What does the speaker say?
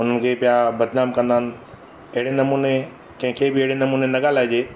हुननि खे पिया बदनामु कंदा आहिनि अहिड़े नमूने कंहिंखे बि अहिड़े नमूने ना ॻाल्हाइजे